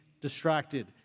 distracted